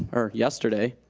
or, yesterday,